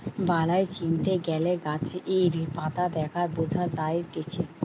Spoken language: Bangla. বালাই চিনতে গ্যালে গাছের পাতা দেখে বঝা যায়তিছে